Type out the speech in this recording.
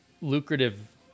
lucrative